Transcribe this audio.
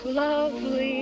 lovely